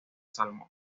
salmón